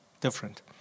Different